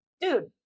Dude